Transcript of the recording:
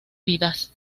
vidas